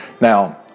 Now